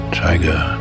tiger